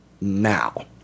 now